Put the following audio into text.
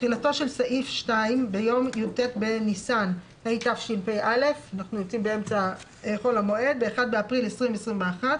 תחילתו של סעיף 2 ביום י"ט בניסן התשפ"א (1 באפריל 2021)